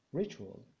ritual